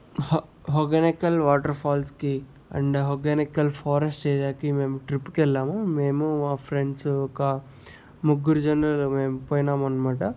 how Hogenakkal water ఫాల్స్కి and Hogenakkal forest ఏరియాకి మేము ట్రిప్ కెళ్ళాము మేము మా ఫ్రెండ్స్ ఒక ముగ్గురు జనాలు మేం పోయినామనమాట